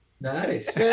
Nice